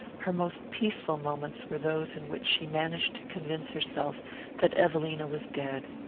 her most peaceful moments were those in which she managed to convince herself that evelina was dead.